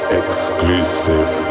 exclusive